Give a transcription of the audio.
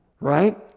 right